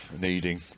needing